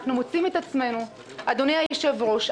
אדוני היושב-ראש,